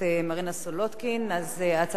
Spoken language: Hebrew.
הצעת החוק הזו תחכה חודשיים,